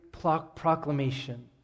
proclamation